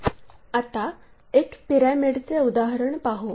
आता एक पिरॅमिडचे उदाहरण पाहू